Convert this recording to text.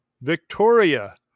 Victoria